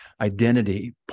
identity